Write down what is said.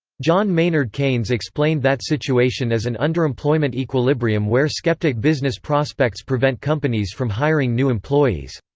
john maynard keynes explained that situation as an underemployment equilibrium where skeptic business prospects prevent companies from hiring new employees.